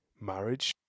marriage